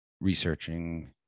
Researching